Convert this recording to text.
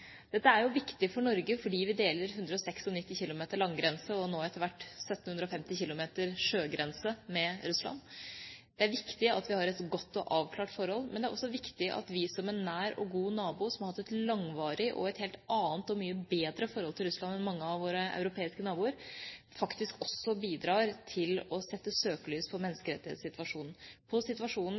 Dette er jo viktig for Norge, fordi vi deler en 196 km lang landgrense og nå etter hvert en 1 750 km lang sjøgrense med Russland. Det er viktig at vi har et godt og avklart forhold, men det er også viktig at vi som en nær og god nabo, som har hatt et langvarig og et helt annet og mye bedre forhold til Russland enn mange av våre europeiske naboer, faktisk også bidrar til å sette søkelys på menneskerettighetssituasjonen, på situasjonen